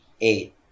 eight